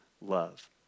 love